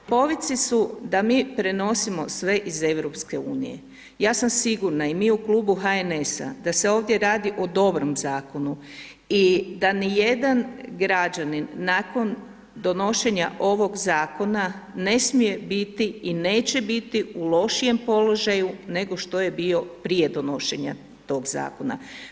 Povici su da mi prenosimo sve iz Europske unije, ja sam sigurna, i mi u Klubu HNS-a, da se ovdje radi o dobrom Zakonu, i da ni jedan građanin nakon donošenja ovog Zakona, ne smije biti i neće biti u lošijem položaju nego što je bio prije donošenja tog Zakona.